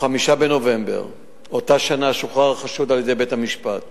ב-5 בנובמבר אותה שנה שוחרר החשוד על-ידי בית-משפט